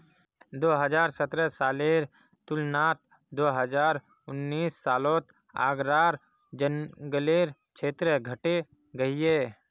दो हज़ार सतरह सालेर तुलनात दो हज़ार उन्नीस सालोत आग्रार जन्ग्लेर क्षेत्र घटे गहिये